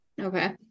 Okay